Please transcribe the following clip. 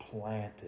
planted